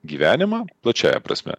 gyvenimą plačiąja prasme